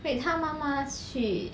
他妈妈去